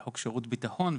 והמחוק שירות בטחון,